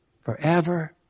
forever